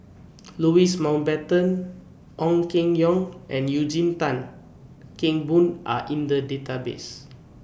Louis Mountbatten Ong Keng Yong and Eugene Tan Kheng Boon Are in The Database